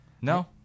No